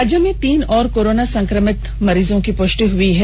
राज्य में तीन और कोरोना संक्रमित मरीज की पुष्टि हुई है